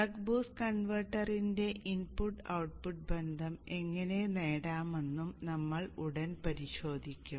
buck boost കൺവെർട്ടറിന്റെ input output ബന്ധം എങ്ങനെ നേടാമെന്നും നമ്മൾ ഉടൻ പരിശോധിക്കും